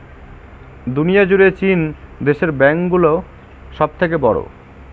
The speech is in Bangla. দুনিয়া জুড়ে চীন দেশের ব্যাঙ্ক গুলো সব থেকে বড়ো